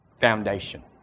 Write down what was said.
foundation